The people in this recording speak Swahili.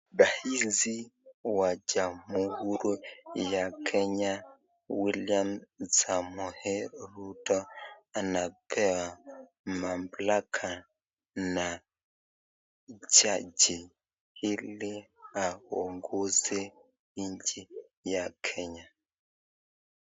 Raisi wa jamhuri ya Kenya William Samoei Ruto anapewa mamlaka na jaji ili aongoze ya Kenya.